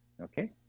Okay